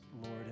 Lord